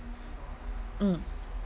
mm